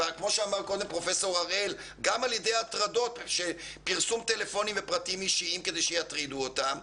גם על ידי פרסום טלפונים ופרטים אישיים כדי שיטרידו אותם.